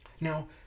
Now